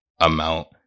amount